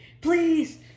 Please